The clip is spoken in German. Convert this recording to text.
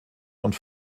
und